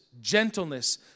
gentleness